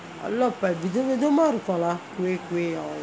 எல்லாம் அப்பே வித விதமா இருக்கும்:ellam appae vitha vithamaa irukkum lah kuih kuih all